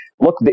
look